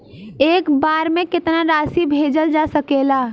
एक बार में केतना राशि भेजल जा सकेला?